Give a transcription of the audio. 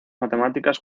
matemáticas